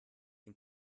den